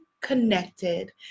connected